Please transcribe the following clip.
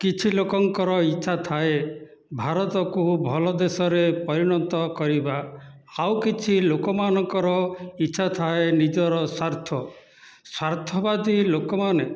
କିଛି ଲୋକଙ୍କର ଇଚ୍ଛା ଥାଏ ଭାରତକୁ ଭଲ ଦେଶରେ ପରିଣତ କରିବା ଆଉ କିଛି ଲୋକମାନଙ୍କର ଇଚ୍ଛା ଥାଏ ନିଜର ସ୍ଵାର୍ଥ ସ୍ଵାର୍ଥବାଦୀ ଲୋକମାନେ